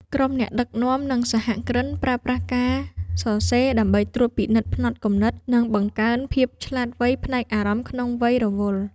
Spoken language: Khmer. ក្រុមអ្នកដឹកនាំ និងសហគ្រិន ប្រើប្រាស់ការសរសេរដើម្បីត្រួតពិនិត្យផ្នត់គំនិត និងបង្កើនភាពឆ្លាតវៃផ្នែកអារម្មណ៍ក្នុងវ័យរវល់។